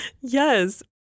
Yes